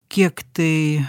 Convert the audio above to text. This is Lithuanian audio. kiek tai